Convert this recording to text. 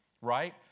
right